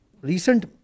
recent